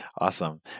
awesome